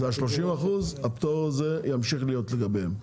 זה ה-30%, הפטור הזה ימשיך להיות לגביהם.